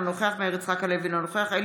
אינו נוכח אריה מכלוף דרעי,